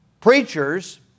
preachers